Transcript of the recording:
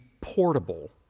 portable